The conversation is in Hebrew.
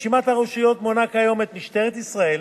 רשימת הרשויות מונה כיום את משטרת ישראל,